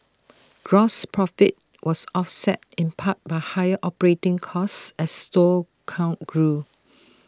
gross profit was offset in part by higher operating costs as store count grew